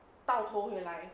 倒头回来